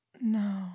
No